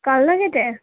কালনা গেটে